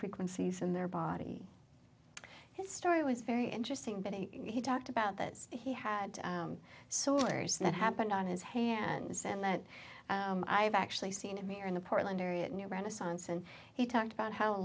frequencies in their body his story was very interesting but he talked about that he had soldiers that happened on his hands and that i have actually seen him here in the portland area near renaissance and he talked about how the